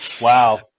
wow